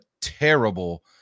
terrible